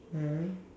mm